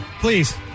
Please